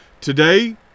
today